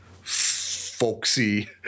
folksy